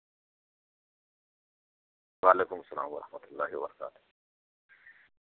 وعلیکم السّلام و رحمة الله و برکاته